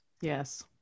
Yes